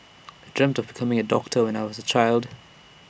I dreamt of becoming A doctor when I was A child